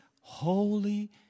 holy